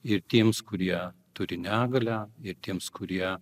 ir tiems kurie turi negalią ir tiems kurie